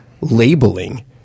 labeling